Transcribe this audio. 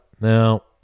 Now